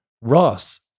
Ross